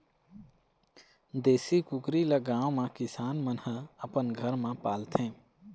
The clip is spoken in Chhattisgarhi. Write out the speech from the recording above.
देशी कुकरी ल गाँव म किसान मन ह अपन घर म पालथे